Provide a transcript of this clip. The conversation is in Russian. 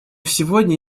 сегодня